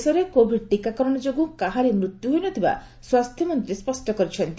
ଦେଶରେ କୋଭିଡ ଟିକାକରଣ ଯୋଗୁଁ କାହାରି ମୃତ୍ୟୁ ହୋଇ ନ ଥିବା ସ୍ୱାସ୍ଥମନ୍ତ୍ରୀ ସ୍କଷ୍ଟ କରିଛନ୍ତି